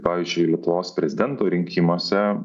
pavyzdžiui lietuvos prezidento rinkimuose